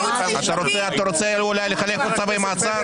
אתה רוצה לחלק פה צווי מעצר אולי?